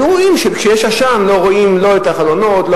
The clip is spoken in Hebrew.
היו רואים שכשיש עשן לא רואים את החלונות,